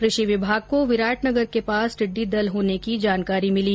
कृषि विभाग को विराटनगर के पास टिड्डी दल होने की जानकारी मिली